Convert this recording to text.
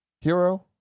hero